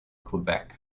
quebec